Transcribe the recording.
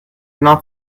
not